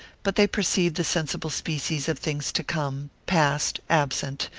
but they perceive the sensible species of things to come, past, absent,